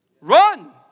Run